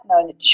knowledge